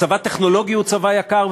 וצבא טכנולוגי הוא צבא יקר,